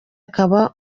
akaba